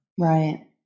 Right